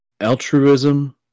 altruism